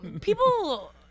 People